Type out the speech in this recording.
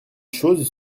choses